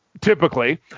typically